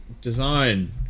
design